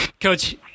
Coach